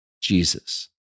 Jesus